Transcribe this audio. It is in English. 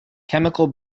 chemical